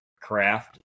craft